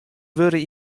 wurde